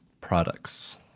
products